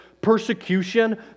persecution